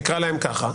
נקרא להם כך.